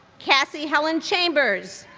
cassie helen chambers,